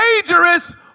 dangerous